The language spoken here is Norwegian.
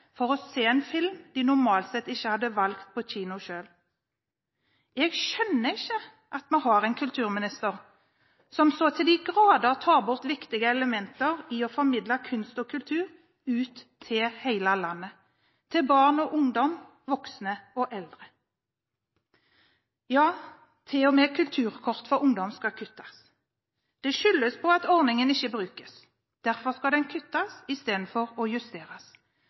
til å se en film de normalt sett ikke ville valgt på kino selv. Jeg skjønner ikke at vi har en kulturminister som så til de grader tar bort viktige elementer i å formidle kunst og kultur ut til hele landet – til barn og ungdom, voksne og eldre. Ja, til og med kulturkort for ungdom skal kuttes. Det skyldes på at ordningen ikke brukes – derfor skal den kuttes istedenfor å justeres.